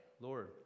Lord